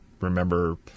remember